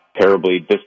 terribly